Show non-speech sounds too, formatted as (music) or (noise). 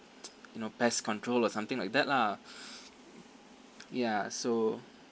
you know pest control or something like that lah (breath) ya so